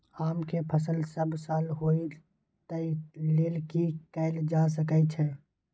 आम के फसल सब साल होय तै लेल की कैल जा सकै छै?